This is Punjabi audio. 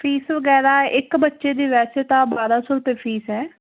ਫੀਸ ਵਗੈਰਾ ਇੱਕ ਬੱਚੇ ਦੀ ਵੈਸੇ ਤਾਂ ਬਾਰਾਂ ਸੌ ਰੁਪਏ ਫੀਸ ਹੈ